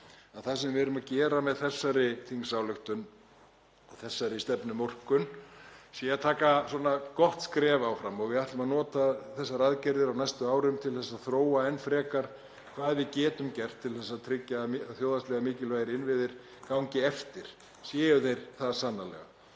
það sem við erum að gera með þessari þingsályktunartillögu og þessari stefnumörkun sé að taka gott skref áfram og við ætlum að nota þessar aðgerðir á næstu árum til þess að þróa enn frekar það sem við getum gert til að tryggja að þjóðhagslega mikilvægir innviðir gangi eftir, séu þeir það sannarlega.